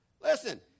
Listen